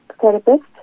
therapist